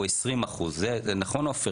הקנס מהתקציב, בתמיכה, הוא 20%. נכון עופר?